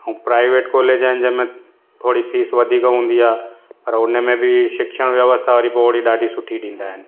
ऐं private college आहिनि जंहिंमें थोरी फीस वधीक हूंदी आहे पर हुनमें बि शिक्षण व्यवस्था वरी पोइ वरी ॾाढी सुठी ॾींदा आहिनि